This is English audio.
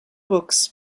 books